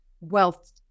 wealth